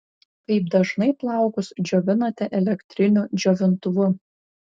kaip dažnai plaukus džiovinate elektriniu džiovintuvu